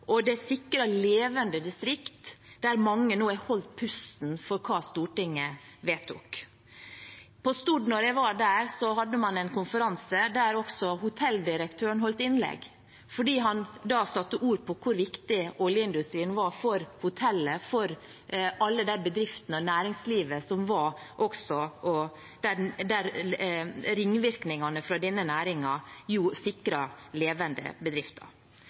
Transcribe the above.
og det sikrer levende distrikter, der mange nå har holdt pusten for hva Stortinget ville vedta. Da jeg var på en konferanse på Stord, holdt hotelldirektøren et innlegg der han satte ord på hvor viktig oljeindustrien var for hotellet, for alle bedriftene, næringslivet, og